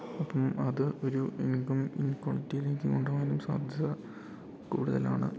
അപ്പം അത് ഒരു ഇൻകം ഇൻക്വാളിറ്റിയിലേക്ക് കൊണ്ട് പോകാനും സാധ്യത കൂടുതലാണ്